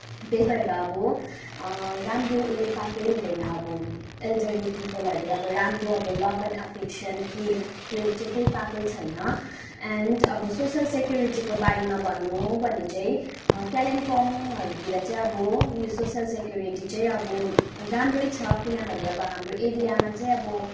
त्यही भएर अब राम्रो उयो पाएकै हुँदैन अब एल्डरली पिपुलहरूले अब राम्रो अब लव एन्ड अफेक्सन केयर त्यो चाहिँ केही पाएकै छैन एन्ड अब सोसल सिक्युरिटीको बारेमा भन्नु हो भने चाहिँ कालिम्पोङहरूतिर चाहिँ अब यो सोसल सिक्युरिटी चाहिँ अब राम्रै छ किनभने अब हाम्रो एरियामा चाहिँ अब